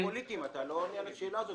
אתה לא עונה על השאלה.